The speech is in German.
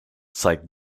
zeigt